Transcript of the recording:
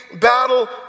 battle